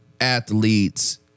athletes